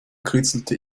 kritzelte